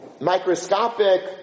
microscopic